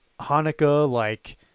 Hanukkah-like